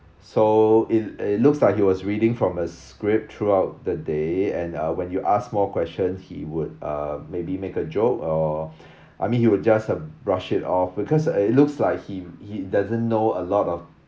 so in it looks like he was reading from a script throughout the day and uh when you ask more questions he would uh maybe make a joke or I mean he will just uh brush it off because it looks like him he doesn't know a lot of